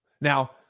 Now